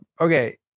okay